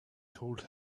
told